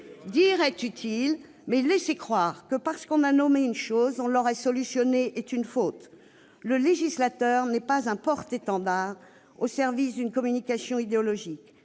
Dire est utile, mais, laisser croire qu'en nommant un problème on l'a résolu, c'est une faute. Le législateur n'est pas un porte-étendard au service d'une communication idéologique.